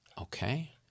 Okay